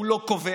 הוא לא קובע.